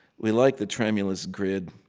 we like the tremulous grid.